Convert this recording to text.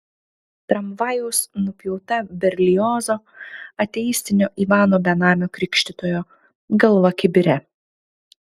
tramvajaus nupjauta berliozo ateistinio ivano benamio krikštytojo galva kibire